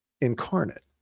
incarnate